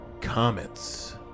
comets